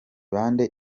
bande